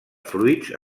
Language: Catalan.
fruits